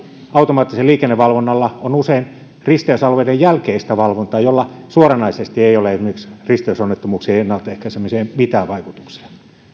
automaattinen liikennevalvonta on usein risteysalueiden jälkeistä valvontaa jolla suoranaisesti ei ole esimerkiksi risteysonnettomuuksien ennaltaehkäisemiseen mitään vaikutuksia